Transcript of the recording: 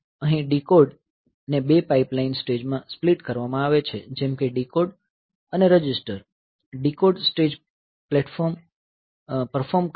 અહીં ડીકોડ ને બે પાઇપલાઇન સ્ટેજમાં સ્પ્લીટ કરવામાં આવે છે જેમ કે ડીકોડ અને રજીસ્ટર અને ડીકોડ સ્ટેજ પરફોર્મ કરે છે